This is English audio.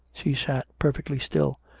she sat perfectly still.